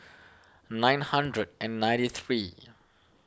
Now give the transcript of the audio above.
nine hundred and ninety three